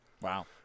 Wow